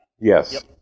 Yes